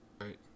Right